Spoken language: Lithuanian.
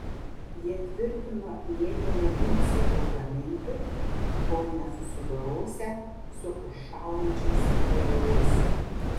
jie tvirtino nė nemėginsią jo gaminti kol nesusidorosią su užšąlančiais degalais